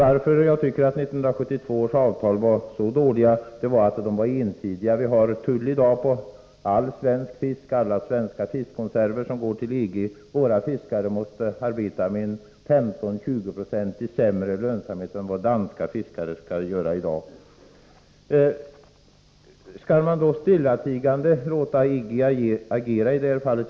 Att jag tycker att 1972 års avtal var så dåliga beror på att de var ensidiga. Vi har nu tull på all svensk fisk, på alla svenska fiskkonserver som går till EG, och våra fiskare måste arbeta med en 15-20-procentigt sämre lönsamhet än vad danska fiskare skall göra i dag. Skall man då stillatigande låta EG agera i det här fallet?